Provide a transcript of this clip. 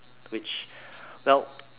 which well